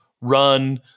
run